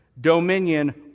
dominion